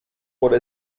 wurde